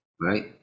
right